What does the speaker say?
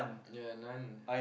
ya nun